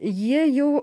jie jau